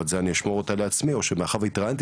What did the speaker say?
אני אשמור אותה לעצמי; אבל מאחר והתראיינתי